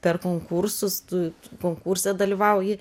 per konkursus tu konkurse dalyvauji